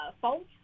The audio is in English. fault